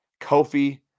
Kofi